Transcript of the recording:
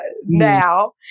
now